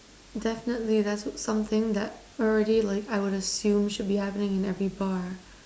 definitely that's something that I already like I would assume should be happening in every bar